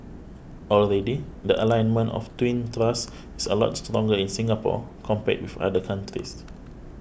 already the alignment of twin thrusts is a lot stronger in Singapore compared with other countries